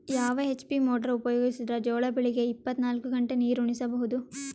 ಯಾವ HP motor ಉಪಯೋಗಿಸಿದರ ಜೋಳ ಬೆಳಿಗ ಇಪ್ಪತ ನಾಲ್ಕು ಗಂಟೆ ನೀರಿ ಉಣಿಸ ಬಹುದು?